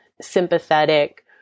sympathetic